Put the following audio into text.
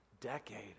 decade